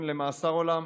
למאסר עולם.